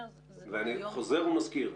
ואני חוזר ומזכיר,